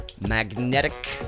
magnetic